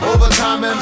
Overtime